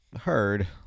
heard